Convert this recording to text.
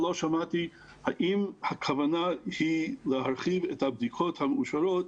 לא שמעתי האם הכוונה היא להרחיב את הבדיקות המאושרות